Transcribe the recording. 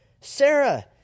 Sarah